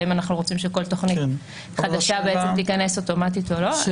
האם אנחנו רוצים שכל תוכנית חדשה בעצם תיכנס אוטומטית או לא --- כן,